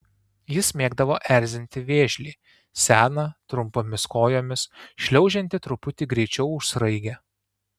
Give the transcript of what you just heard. jis mėgdavo erzinti vėžlį seną trumpomis kojomis šliaužiantį truputį greičiau už sraigę